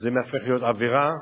זה הופך להיות עבירה,